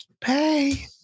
Pay